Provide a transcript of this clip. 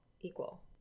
equal